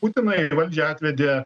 putiną į valdžią atvedė